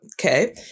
okay